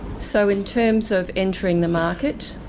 so, in terms of entering the market,